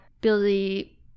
Billy